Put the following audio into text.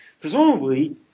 Presumably